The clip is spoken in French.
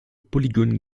polygone